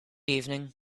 evening